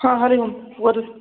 हा हरिः ओं वदतु